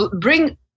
bring